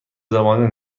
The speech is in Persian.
زبانه